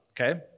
Okay